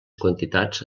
quantitats